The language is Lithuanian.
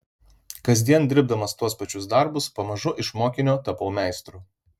kasdien dirbdamas tuos pačius darbus pamažu iš mokinio tapau meistru